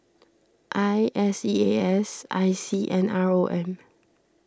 I S E A S I C and R O M